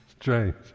strange